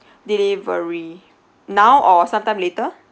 delivery now or sometime later